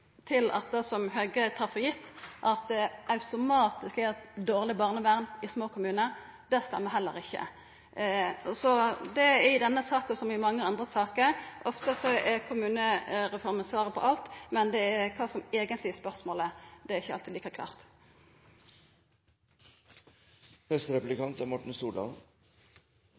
viser at det som Høgre tar for gitt, at det automatisk er eit dårleg barnevern i små kommunar, stemmer heller ikkje. I denne saka som i mange andre saker er kommunereforma ofte svaret på alt, men kva som eigentleg er spørsmålet, er ikkje alltid like